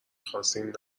خواستیم